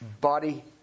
Body